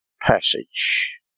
passage